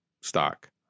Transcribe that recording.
stock